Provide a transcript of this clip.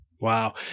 Wow